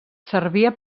servia